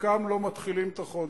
חלקם לא מתחילים את החודש.